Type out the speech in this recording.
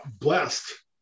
blessed